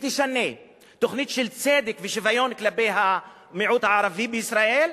ותשנה תוכנית של צדק ושוויון כלפי המיעוט הערבי בישראל,